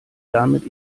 damit